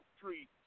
treats